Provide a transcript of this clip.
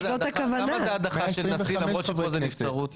כמה זה הדחה של נשיא למרות שפה זה נבצרות?